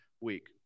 week